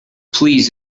please